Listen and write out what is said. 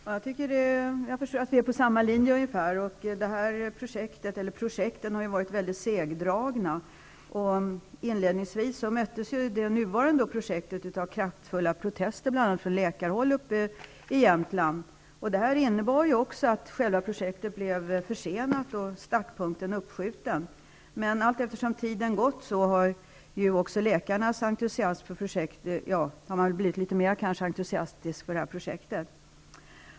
Fru talman! Jag förstår att vi är på ungefär samma linje. De här projekten har varit mycket segdragna. Inledningsvis möttes det nu pågående projektet av kraftiga protester, bl.a. från läkare i Jämtland. Det medförde att projektet försenades och att startpunkten sköts upp. Men allteftersom tiden gått har också läkarna blivit litet mer entusiastiska för projektet.